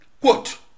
quote